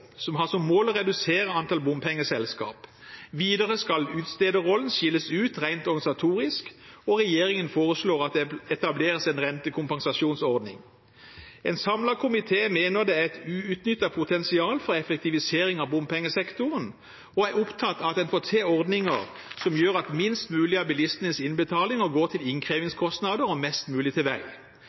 som har som mål å redusere antallet bompengeselskaper. Videre skal utstederrollen skilles ut rent organisatorisk, og regjeringen foreslår at det etableres en rentekompensasjonsordning. En samlet komité mener det er et uutnyttet potensial for effektivisering av bompengesektoren, og er opptatt av at en får til ordninger som gjør at minst mulig av bilistenes innbetalinger går til innkrevingskostnader og mest mulig til vei.